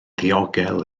ddiogel